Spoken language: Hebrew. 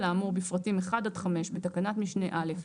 האמור בפרטים (1) עד (5) בתקנת משנה (א),